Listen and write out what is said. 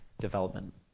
development